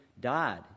died